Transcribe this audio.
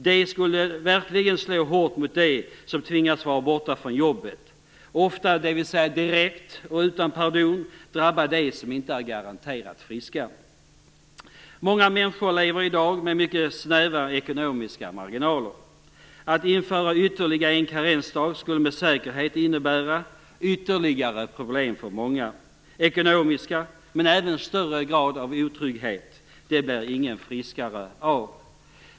Det skulle verkligen slå hårt mot dem som tvingas vara borta från jobbet ofta. Det skulle alltså direkt och utan pardon drabba dem som inte är garanterat friska. Många människor lever i dag med mycket snäva ekonomiska marginaler. Att införa ytterligare en karensdag skulle med säkerhet innebära ytterligare ekonomiska problem för många, men även en högre grad av otrygghet. Det blir ingen friskare av.